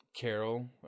Carol